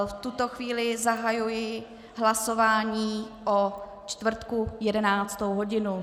V tuto chvíli zahajuji hlasování o čtvrtku 11. hodině.